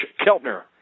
Keltner